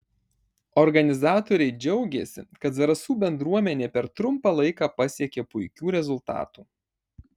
organizatoriai džiaugėsi kad zarasų bendruomenė per trumpą laiką pasiekė puikių rezultatų